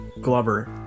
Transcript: Glover